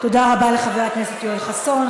תודה רבה לחבר הכנסת יואל חסון.